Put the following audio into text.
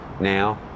now